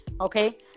Okay